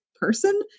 person